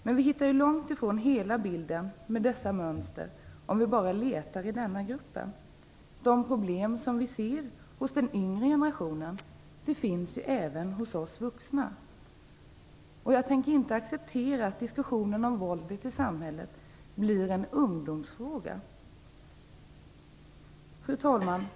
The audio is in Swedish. Men vi hittar långtifrån hela bilden om vi bara letar i denna grupp. De problem som vi ser hos den yngre generationen finns ju även hos oss vuxna. Jag tänker inte acceptera att diskussionen om våldet i samhället blir en ungdomsfråga. Fru talman!